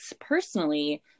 personally